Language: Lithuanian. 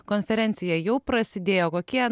konferencija jau prasidėjo kokie